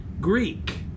Greek